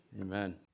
Amen